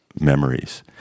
memories